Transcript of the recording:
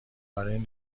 برای